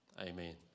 Amen